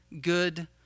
good